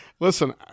Listen